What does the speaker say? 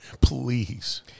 Please